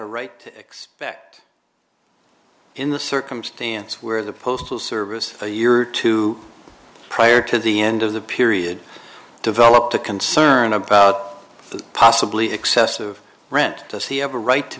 right to expect in the circumstance where the postal service a year or two prior to the end of the period developed a concern about possibly excessive rent does he have a right to